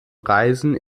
reisen